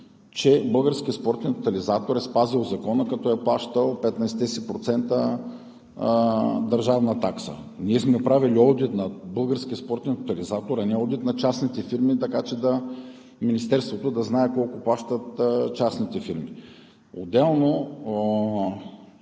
че Българският спортен тотализатор е спазил Закона, като е плащал 15% държавна такса. Ние сме правили одит на Българския спортен тотализатор, а не одит на частните фирми, така че Министерството да знае колко плащат частните фирми. Отделно,